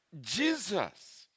Jesus